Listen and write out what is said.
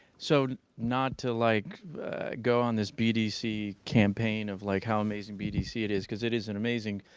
so not to like go on this bdc campaign of like how amazing bdc it is, cause it is an amazing